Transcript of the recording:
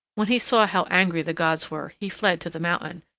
when he saw how angry the gods were, he fled to the mountain,